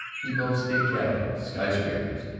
he built state capitols, skyscrapers,